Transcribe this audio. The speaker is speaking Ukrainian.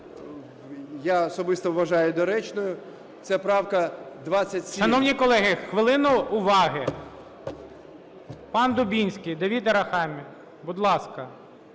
я особисто вважаю доречною, це правка 27.